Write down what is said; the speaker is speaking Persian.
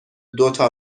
دوتا